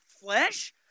flesh